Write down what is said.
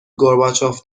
گورباچوف